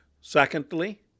Secondly